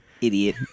Idiot